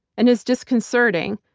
and is disconcerting,